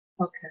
Okay